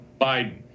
Biden